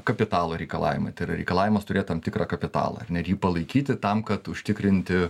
kapitalo reikalavimai tai yra reikalavimas turėt tam tikrą kapitalą ar ne jį palaikyti tam kad užtikrinti